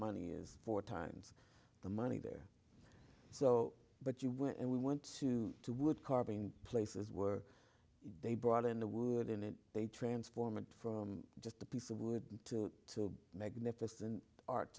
money is four times the money there so but you went and we went to the wood carving places were they brought in the wooden and they transform it from just a piece of wood to magnificent art